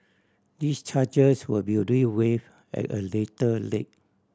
these charges will be dealt with at a later lay